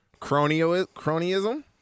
Cronyism